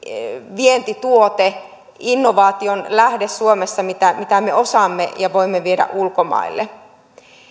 vientituote innovaation lähde suomessa mitä mitä me osaamme ja voimme viedä ulkomaille